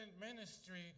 ministry